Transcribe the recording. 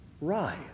rise